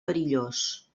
perillós